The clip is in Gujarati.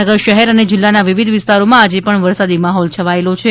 ભાવનગર શહેર અને જીલ્લાના વિવિધ વિસ્તારોમાં આજે પમ વરસાદી માહોલ છવાયો છે